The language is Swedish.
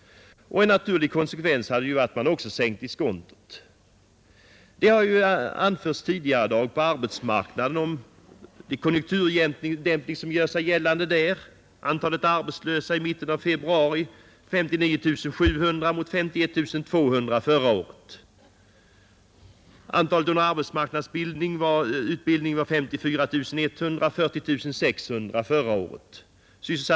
En naturlig konsekvens hade varit att man också sänkt diskontot. Även på arbetsmarknaden har effekten av konjunkturdämpningen gjort sig gällande. Antalet arbetslöshetsanmälda var i mitten av februari i år 59 700 mot 51 200 vid samma tid förra året. Antalet människor som genomgick arbetsmarknadsutbildning var ca 54 100 mot 40 600 vid samma tid förra året.